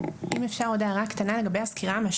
למה פה אתם לא רוצים